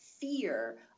fear